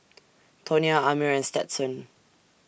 Tonya Amir and Stetson